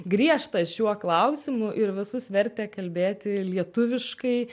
griežtas šiuo klausimu ir visus vertė kalbėti lietuviškai